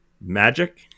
Magic